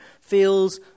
feels